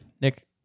Nick